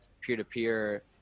peer-to-peer